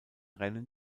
rennen